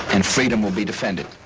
and freedom will be defended.